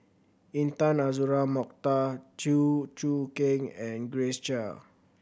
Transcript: Intan Azura Mokhtar Chew Choo Keng and Grace Chia